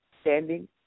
standing